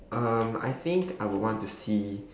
um I think I would want to see